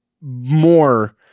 more